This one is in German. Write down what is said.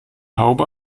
haube